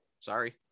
sorry